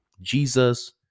Jesus